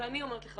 ואני אומרת לך,